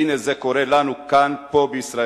והנה זה קורה לנו כאן בישראל.